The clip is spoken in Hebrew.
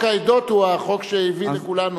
חוק העדות הוא החוק שהביא לכולנו.